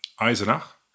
Eisenach